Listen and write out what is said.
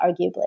arguably